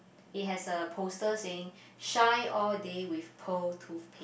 it has a poster saying shine all day with pearl toothpaste